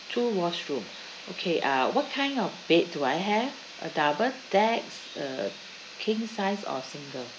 two washroom okay uh what kind of bed do I have a double decks uh king size or single